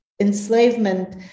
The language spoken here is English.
enslavement